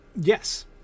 Yes